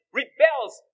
rebels